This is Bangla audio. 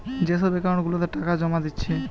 যে সব একাউন্ট গুলাতে টাকা জোমা দিচ্ছে